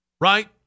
right